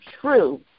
true